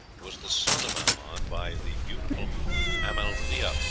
was the son of amon by the beautiful amalthea.